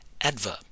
Adverb